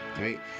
right